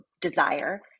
desire